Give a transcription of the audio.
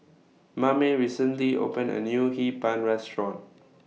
Mame recently opened A New Hee Pan Restaurant